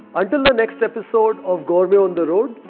until the next episode of gourmet on the road,